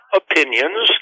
opinions